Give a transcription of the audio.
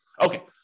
Okay